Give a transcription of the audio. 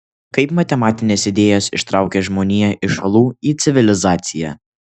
kaip matematinės idėjos ištraukė žmoniją iš olų į civilizaciją